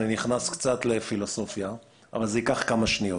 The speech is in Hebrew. נכנס קצת לפילוסופיה אבל זה ייקח כמה שניות.